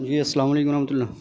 جی السلام علیکم و رحمتہ اللہ